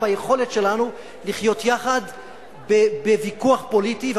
ביכולת שלנו לחיות יחד בוויכוח פוליטי.